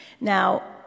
Now